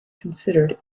considered